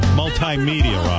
multimedia